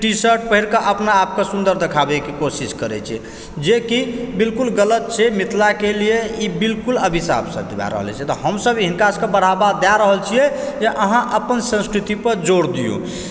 T shirt पहिरकऽ अपनाआपकऽ सुन्दर देखाबयकऽ कोशिश करैत छै जेकि बिलकुल गलत छै मिथिलाके लिअ ई बिलकुल अभिशाप सत्य भऽ रहल अछि से तऽ हमसभ हिनका सभकऽ बढ़ावा दए रहल छियै कि अहाँ अपन संस्कृति पर जोर दिऔ